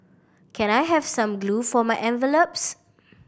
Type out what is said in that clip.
can I have some glue for my envelopes